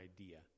idea